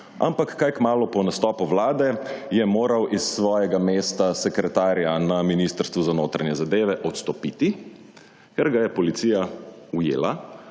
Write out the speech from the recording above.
Ampak, kaj kmalu po nastopu Vlade, je moral iz svojega mesta sekretarja na Ministrstvu za notranje zadeve odstopiti, ker ga je policija ujela,